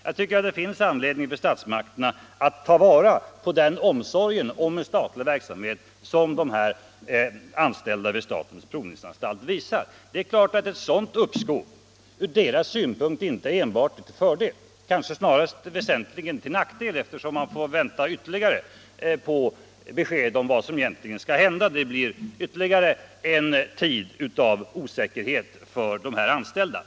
Jag tycker det finns anledning för statsmakterna att ta vara på den omsorgen om en statlig verksamhet som de anställda vid statens provningsanstalt visar. Det är klart att ett sådant uppskov ur deras synpunkt inte enbart är till fördel, kanske snarare väsentligt till nackdel, eftersom man får vänta ytterligare på besked om vad som egentligen skall hända. Det blir ytterligare en tid av osäkerhet för de anställda.